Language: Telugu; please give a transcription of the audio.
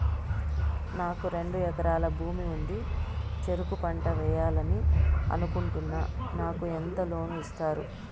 నాకు రెండు ఎకరాల భూమి ఉంది, చెరుకు పంట వేయాలని అనుకుంటున్నా, నాకు ఎంత లోను ఇస్తారు?